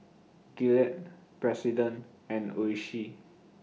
Gillette President and Oishi